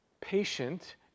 patient